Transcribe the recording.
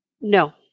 No